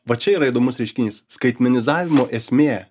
va čia yra įdomus reiškinys skaitmenizavimo esmė